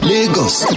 Lagos